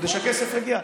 כדי שהכסף יגיע.